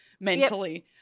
mentally